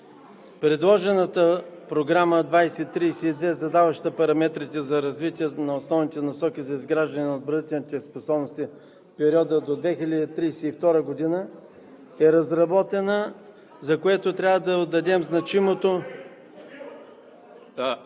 Изготвената Програма 2032, която задава параметрите за развитие и основните насоки за изграждане на отбранителните способности в периода до 2032 г., е изработена и трябва да отдадем значимото